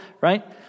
right